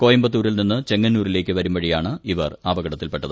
കോയമ്പത്തൂരിൽ നിന്ന് ചെങ്ങന്നൂരിലേക്ക് വരും വഴിയാണ് ഇവർ അപകടത്തിൽപ്പെട്ടത്